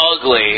ugly